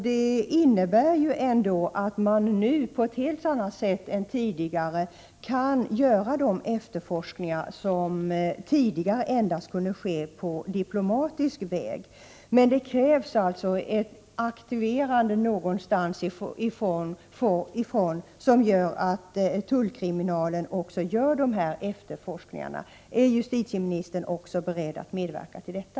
Det innebär ändå att man nu på ett helt annat sätt än tidigare kan göra de efterforskningar som tidigare kunde ske endast på diplomatisk väg. Men det krävs alltså ett aktiverande någonstans ifrån för att tullkriminalen skall göra dessa efterforskningar. Är justitieministern beredd att medverka också till detta?